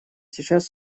сейчас